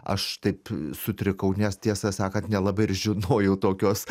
aš taip sutrikau nes tiesą sakant nelabai ir žinojau tokios